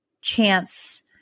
chance